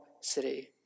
city